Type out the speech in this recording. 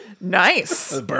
Nice